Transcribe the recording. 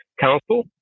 Council